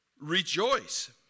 Rejoice